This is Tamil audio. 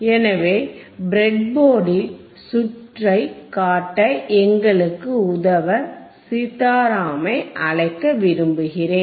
எனவே பிரெட் போர்டில் சுற்றை காட்ட எங்களுக்கு உதவ சீதாரமை அழைக்க விரும்புகிறேன்